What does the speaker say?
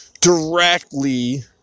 directly